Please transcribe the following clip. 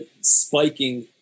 spiking